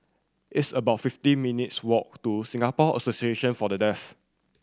it's about fifty minutes' walk to Singapore Association For The Deaf